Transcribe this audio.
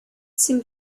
seemed